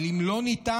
אבל אם לא ניתן,